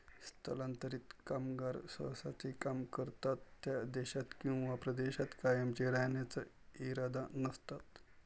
स्थलांतरित कामगार सहसा ते काम करतात त्या देशात किंवा प्रदेशात कायमचे राहण्याचा इरादा नसतात